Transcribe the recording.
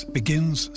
begins